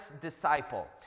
disciple